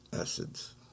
acids